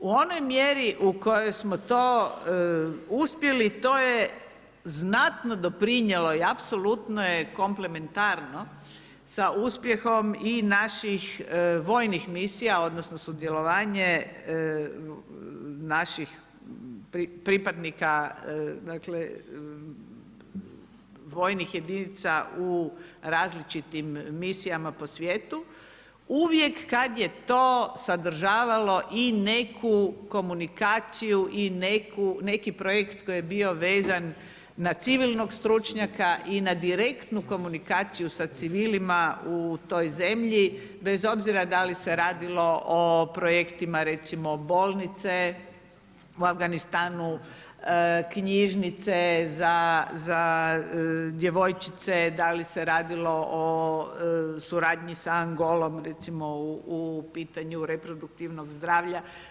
U onoj mjeri u kojoj smo to uspjeli to je znatno doprinijelo i apsolutno je komplementarno sa uspjehom i naših vojnih misija odnosno sudjelovanje naših pripadnika vojnih jedinica u različitim misijama po svijetu, uvijek kad je to sadržavalo i neku komunikaciju i neki projekt koji je bio vezan na civilnog stručnjaka i na direktnu komunikaciju sa civilima u toj zemlji bez obzira da li se radilo o projektima recimo bolnice u Afganistanu, knjižnice za djevojčice, da li se radilo o suradnji sa Angolom recimo u pitanju reproduktivnog zdravlja.